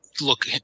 Look